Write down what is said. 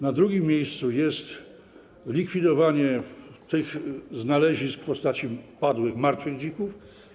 Na drugim miejscu jest likwidowanie znalezisk w postaci padłych, martwych dzików.